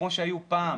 כמו היו פעם.